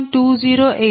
2916 0